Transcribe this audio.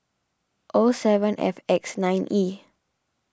O seven F X nine E